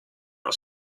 are